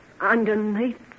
underneath